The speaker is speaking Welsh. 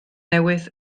newydd